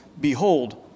Behold